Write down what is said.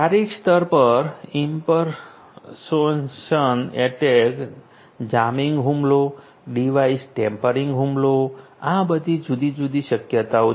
શારીરિક સ્તર પર ઇમ્પેરસોનશન અટેક જામિંગ હુમલો ડિવાઇસ ટેમ્પરિંગ હુમલો આ બધી જુદી જુદી શક્યતાઓ છે